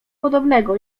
podobnego